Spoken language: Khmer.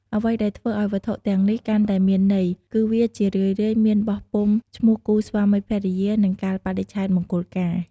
អ្វីដែលធ្វើឲ្យវត្ថុទាំងនេះកាន់តែមានន័យ គឺវាជារឿយៗមានបោះពុម្ពឈ្មោះគូស្វាមីភរិយា និងកាលបរិច្ឆេទមង្គលការ។